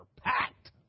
packed